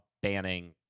banning